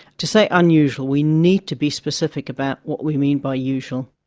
to say unusual, we need to be specific about what we mean by usual.